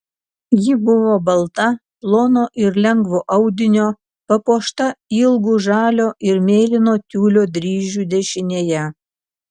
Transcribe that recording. ji buvo balta plono ir lengvo audinio papuošta ilgu žalio ir mėlyno tiulio dryžiu dešinėje